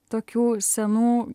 tokių senų